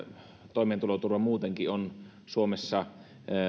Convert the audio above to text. toimeentuloturva muutenkin on suomessa